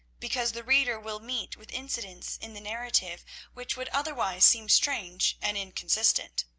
because the reader will meet with incidents in the narrative which would otherwise seem strange and inconsistent.